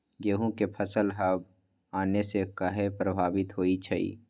गेंहू के फसल हव आने से काहे पभवित होई छई?